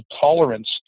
tolerance